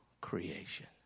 creation